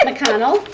McConnell